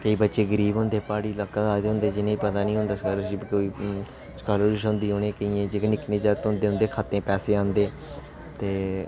केईं बच्चे गरीब होंदे प्हाड़ी लाके दा आए दे होंदे जि'नें गी पता नेईं होंदा स्कालरशिप कोई चीज होंदी केईं जेह्के निक्के जागत होंदे उं'दे खाते च पैसै औंदे ते